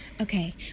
Okay